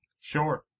Sure